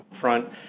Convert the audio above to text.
front